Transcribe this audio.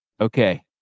Okay